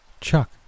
Chuck